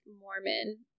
mormon